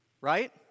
right